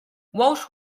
walsh